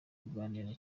kuganira